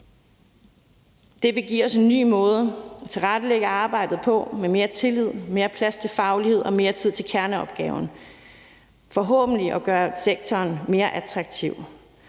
Det vil give os en ny måde at tilrettelægge arbejdet på med mere tillid, mere plads til faglighed og mere tid til kerneopgaven, og det vil forhåbentlig gøre sektoren mere attraktiv.